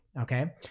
Okay